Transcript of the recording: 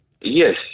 yes